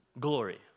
glory